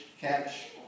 catch